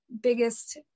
biggest